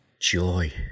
joy